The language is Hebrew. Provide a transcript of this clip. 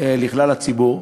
לכלל הציבור.